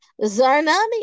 Zarnami